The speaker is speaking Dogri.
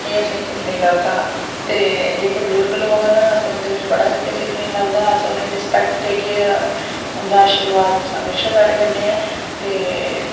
एह् असेंगी सिक्खने गी लभदा ते जेह्के बजुर्ग लोक न असें उं'दे कशा बड़ा किश सिक्खने गी लभदा अस उ'नेंगी रिस्पैक्ट देगे उं'दा आर्शीवाद हमेशां साढ़े कन्नै ऐ ते